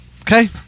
Okay